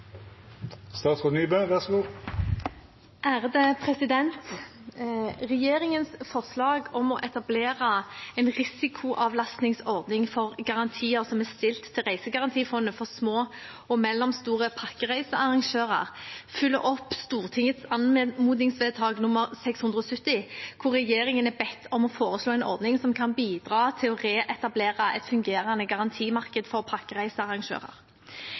stilt til Reisegarantifondet for små og mellomstore pakkereisearrangører, følger opp Stortingets anmodningsvedtak nr. 670, hvor regjeringen er bedt om å foreslå en ordning som kan bidra til å reetablere et fungerende garantimarked for pakkereisearrangører.